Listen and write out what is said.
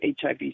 HIV